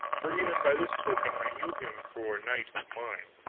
for even by this token i knew him for knight of mine.